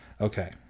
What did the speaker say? Okay